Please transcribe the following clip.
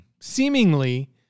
seemingly